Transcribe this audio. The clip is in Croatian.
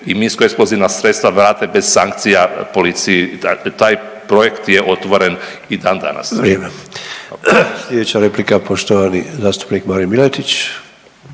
i minsko eksplozivna sredstva vrate bez sankcija policiji. Taj projekt je otvoren i dan danas. **Sanader, Ante (HDZ)** Vrijeme. Slijedeća replika poštovani zastupnik Marin Miletić.